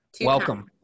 Welcome